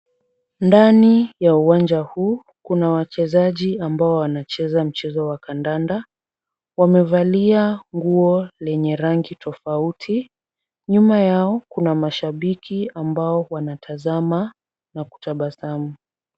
Ndani ya uwanja huu kuna wachezaji ambao wanacheza mchezo wa kandanda. Wamevalia nguo lenye rangi tofauti, nyuma yao kuna mashabiki ambao wanatazama na kutabasamu.